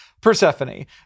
Persephone